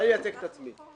אני מייצג את עצמי.